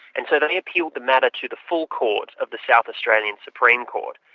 and so they appealed the matter to the full court of the south australian supreme court,